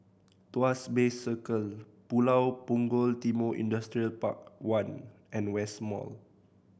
Tuas Bay Circle Pulau Punggol Timor Industrial Park One and West Mall